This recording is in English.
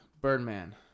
Birdman